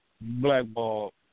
Blackball